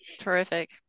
terrific